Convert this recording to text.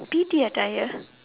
P_T attire